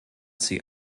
sie